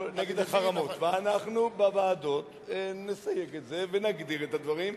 ואנחנו בוועדות נסייג את זה ונגדיר את הדברים,